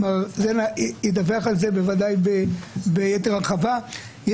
ומר זנה ידווח על זה בוודאי ביתר הרחבה.